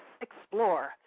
explore